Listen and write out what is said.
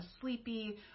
sleepy